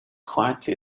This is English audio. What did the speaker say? quietly